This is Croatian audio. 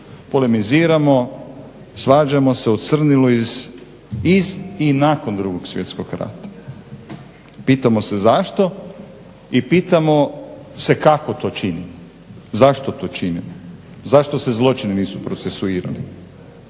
polemiziramo, svađamo se o crnilu iz i nakon 2. svjetskog rata. Pitamo se zašto i pitamo se kako to činimo, zašto to činimo? Zašto se zločini nisu procesuirali?